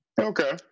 Okay